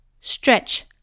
Stretch